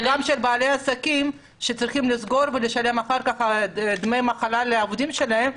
וגם של בעלי עסקים שצריכים לסגור ולשלם אחר כך דמי מחלה לעובדים שלהם,